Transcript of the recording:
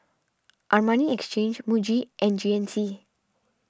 Armani Exchange Muji and G N C